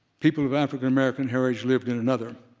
people of african american heritage lived in another.